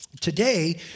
today